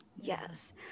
yes